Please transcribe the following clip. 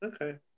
Okay